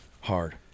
hard